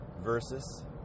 versus